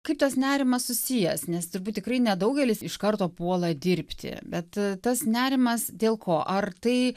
kaip tas nerimas susijęs nes turbūt tikrai nedaugelis iš karto puola dirbti bet tas nerimas dėl ko ar tai